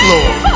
Lord